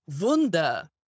Wunder